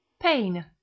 pain